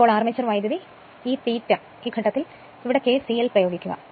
ഇപ്പോൾ armature current ഈ ∅ ഈ ഘട്ടത്തിൽ ഇവിടെ kcl പ്രയോഗിക്കുക